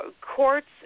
courts